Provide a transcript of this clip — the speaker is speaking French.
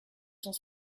cent